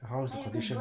how's the condition